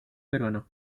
peruano